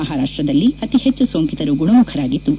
ಮಹಾರಾಷ್ಷದಲ್ಲಿ ಅತಿ ಹೆಚ್ಚು ಸೋಂಕಿತರು ಗುಣಮುಖರಾಗಿದ್ದು